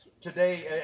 Today